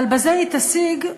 אבל בזה היא תשיג,